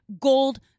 gold